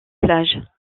plages